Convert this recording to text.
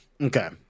okay